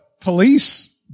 police